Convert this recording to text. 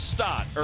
Stott